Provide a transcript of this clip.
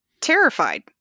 terrified